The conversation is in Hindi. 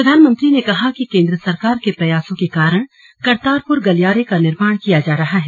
प्रधानमंत्री ने कहा कि केन्द्र सरकार के प्रयासों के कारण करतारपुर गलियारे का निर्माण किया जा रहा है